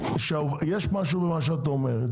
יש משהו במה שאת אומרת,